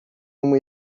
uma